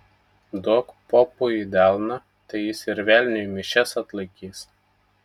duok popui į delną tai jis ir velniui mišias atlaikys